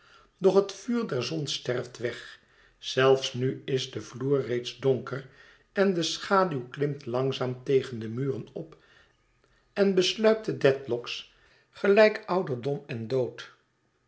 het vuur der zon sterft weg zelfs nu is de vloer reeds donker en de schaduw klimt langzaam tegen de muren op en besluipt de dedlock's gelijk ouderdom en dood